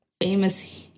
famous